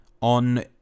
on